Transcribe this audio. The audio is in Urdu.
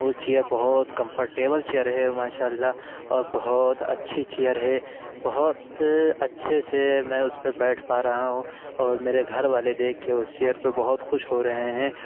وہ چیئر بہت کمفرٹیبل چیئر ہے ماشاء اللہ اور بہت اچھی چیئر ہے بہت اچھے سے میں اس پہ بیٹھ پا رہا ہوں اور میرے گھر والے دیکھ کے اس چیئر پہ بہت خوش ہو رہے ہیں